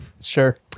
Sure